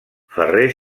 ferrer